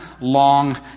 long